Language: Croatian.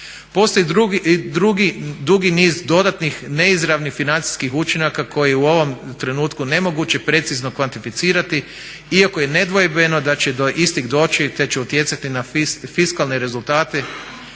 Postoji dugi niz dodatnih neizravnih financijskih učinaka koji u ovom trenutku nemoguće precizno kvantificirati iako je nedvojbeno da će do istih doći te će utjecati na fiskalne rezultate,